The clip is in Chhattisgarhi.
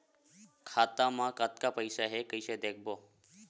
खाता मा कतका पईसा हे कइसे देखबो?